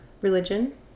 religion